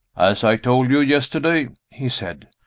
as i told you yesterday, he said,